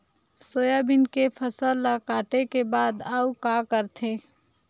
Soybean के फसल ल काटे के बाद आऊ का करथे?